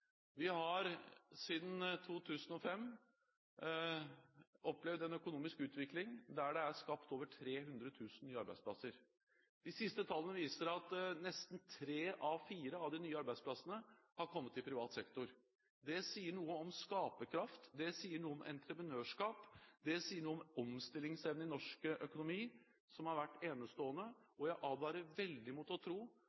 Vi har siden 2005 opplevd en økonomisk utvikling der det er skapt over 300 000 nye arbeidsplasser. De sist tallene viser at nesten tre av fire av de nye arbeidsplassene har kommet i privat sektor. Det sier noe om skaperkraft, det sier noe om entreprenørskap, det sier noe om omstillingsevne i norsk økonomi, som har vært enestående,